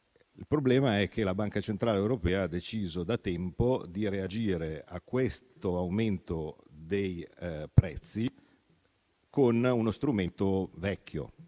Il problema è che la Banca centrale europea ha deciso da tempo di reagire a questo aumento dei prezzi con un vecchio